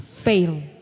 fail